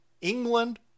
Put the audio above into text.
england